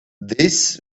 this